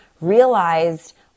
realized